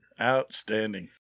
Outstanding